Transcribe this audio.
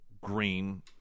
green